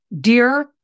dear